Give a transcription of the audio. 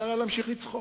אפשר היה להמשיך לצחוק.